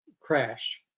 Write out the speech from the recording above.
crash